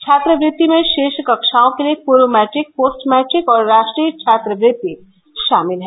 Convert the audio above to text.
छात्रवृत्ति में शीर्ष कक्षाओं के लिए पूर्व मैट्रिक पोस्ट मैट्रिक और राष्ट्रीय छात्रवृत्ति शामिल हैं